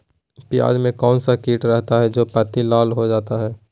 प्याज में कौन सा किट रहता है? जो पत्ती लाल हो जाता हैं